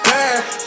Bad